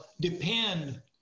depend